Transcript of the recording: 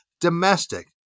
domestic